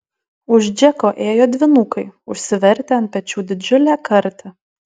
už džeko ėjo dvynukai užsivertę ant pečių didžiulę kartį